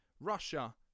Russia